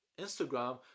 Instagram